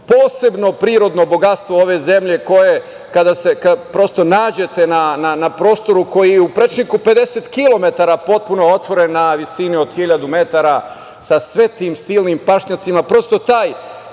posebno prirodno bogatstvo ove zemlje, koje kada se prosto nađete na prostoru koji je u prečniku 50 kilometara potpuno otvoren na visini od hiljadu metara, sa sve tim silnim pašnjacima, prosto taj